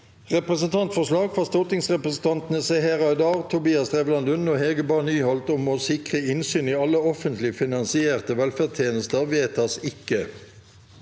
Representantforslag fra stortingsrepresentantene Seher Aydar, Tobias Drevland Lund og Hege Bae Nyholt om å sikre innsyn i alle offentlig finansierte velferdstjenester (Innst.